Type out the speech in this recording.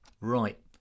Right